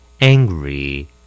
angry